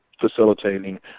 facilitating